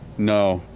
no,